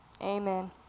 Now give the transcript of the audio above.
Amen